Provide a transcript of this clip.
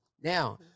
Now